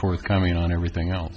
forthcoming on everything else